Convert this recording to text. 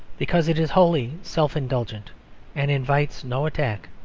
because it is wholly self-indulgent and invites no attack.